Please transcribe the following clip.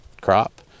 crop